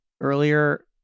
earlier